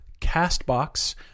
Castbox